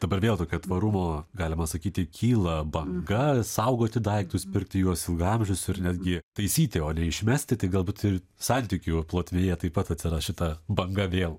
dabar vėl tokia tvarumo galima sakyti kyla banga saugoti daiktus pirkti juos ilgaamžius ir netgi taisyti o ne išmesti tik galbūt ir santykių plotmėje taip pat atsiras šita banga vėl